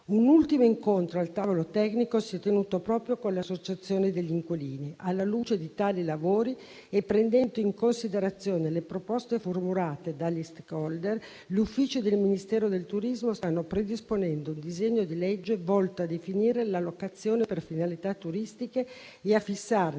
Un ultimo incontro al tavolo tecnico si è tenuto proprio con l'associazione degli inquilini. Alla luce di tali lavori e prendendo in considerazione le proposte formulate dagli *stakeholder*, gli uffici del Ministero del turismo stanno predisponendo un disegno di legge volto a definire la locazione per finalità turistiche e a fissarne